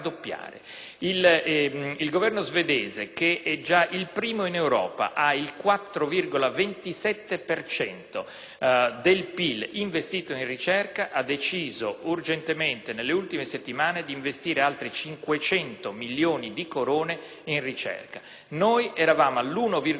Il Governo svedese, che è già il primo in Europa con il 4,27 per cento del PIL investito in ricerca, ha deciso urgentemente, nelle ultime settimane, di investire altri 500 milioni di corone in ricerca. Noi eravamo all'1,1